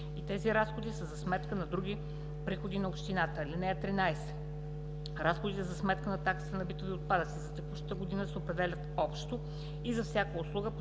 и тези разходи са за сметка на други приходи на общината. (13) Разходите за сметка на таксата за битови отпадъци за текущата година се определят общо и за всяка услуга